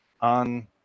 on